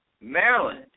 Maryland